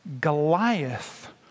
Goliath